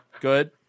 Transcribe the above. Good